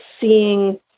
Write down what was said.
seeing